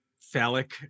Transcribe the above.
phallic